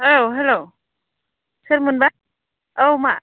औ हेल्ल' सोरमोनबा औ मा